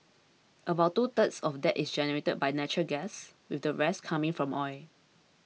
about two thirds of that is generated by natural gas with the rest coming from oil